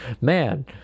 man